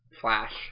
Flash